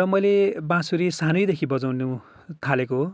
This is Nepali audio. र मैले बाँसुरी सानैदेखि बजाउनु थालेको हो